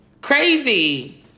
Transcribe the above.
Crazy